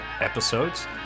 episodes